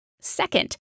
Second